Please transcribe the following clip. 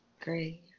Great